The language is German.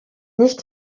nicht